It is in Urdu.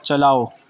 چلاؤ